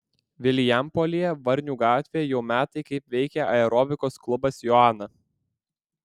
vilijampolėje varnių gatvėje jau metai kaip veikia aerobikos klubas joana